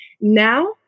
now